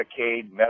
Medicaid